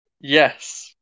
Yes